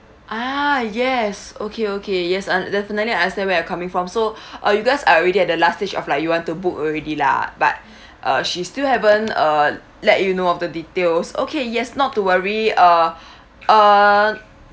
ah yes okay okay yes uh definitely understand where you're coming from so uh you guys are already at the last stage of like you want to book already lah but uh she still haven't uh let you know of the details okay yes not to worry uh err